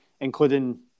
including